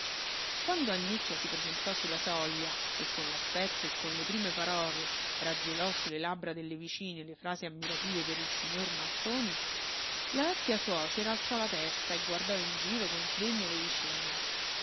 fastidio quando annicchia si presentò su la soglia e con l'aspetto e con le prime parole raggelò su le labbra delle vicine le frasi ammirative per il signor manfroni la vecchia suocera alzò la testa e guardò in giro con sdegno le vicine